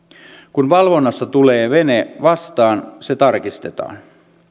kun valvonnassa tulee vene vastaan se tarkistetaan